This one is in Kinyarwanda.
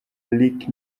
lick